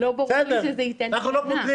לא ברור לי שזה ייתן --- משרד